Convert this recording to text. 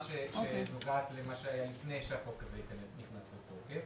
שנוגעת למה שהיה לפני שהחוק הזה נכנס לתוקף.